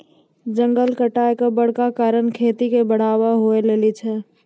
जंगल कटाय के बड़का कारण खेती के बढ़ाबै हुवै लेली छै